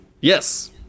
Yes